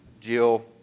Jill